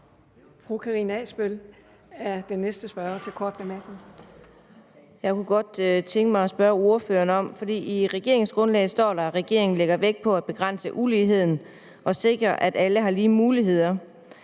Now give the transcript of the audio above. for en kort bemærkning. Kl. 14:34 Karina Adsbøl (DF): I regeringsgrundlaget står der, at regeringen lægger vægt på at begrænse uligheden og sikre, at alle har lige muligheder.